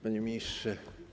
Panie Ministrze!